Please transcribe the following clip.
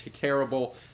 terrible